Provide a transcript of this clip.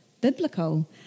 Biblical